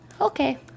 okay